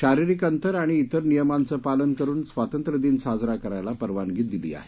शारीरिक अंतर आणि त्विर नियमांचं पालन करुन स्वातंत्र्यदिन साजरा करायला परवानगी दिली आहे